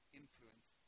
influence